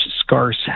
scarce